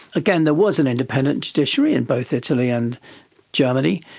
again there was an independent judiciary in both italy and germany,